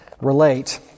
relate